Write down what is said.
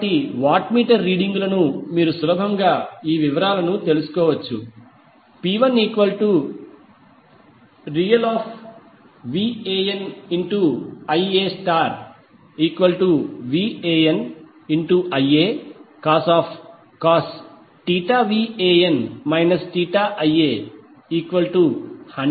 కాబట్టి watt meter రీడింగులను మీరు సులభముగా ఈ విలువలను తెలుసుకోవచ్చు P1ReVANIaVANIacos 1006